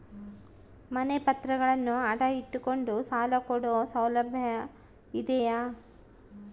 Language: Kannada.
ಮನೆ ಪತ್ರಗಳನ್ನು ಅಡ ಇಟ್ಟು ಕೊಂಡು ಸಾಲ ಕೊಡೋ ಸೌಲಭ್ಯ ಇದಿಯಾ?